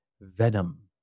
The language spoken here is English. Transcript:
venom